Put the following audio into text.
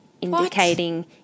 indicating